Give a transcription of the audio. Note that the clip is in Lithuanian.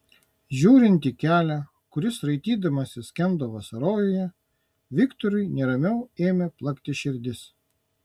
žiūrint į kelią kuris raitydamasis skendo vasarojuje viktorui neramiau ėmė plakti širdis